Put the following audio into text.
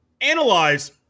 analyze